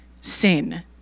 sin